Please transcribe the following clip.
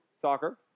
soccer